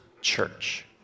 church